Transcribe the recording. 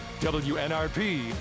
WNRP